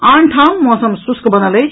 आन ठाम मौसम शुष्क बनल अछि